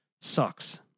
Sucks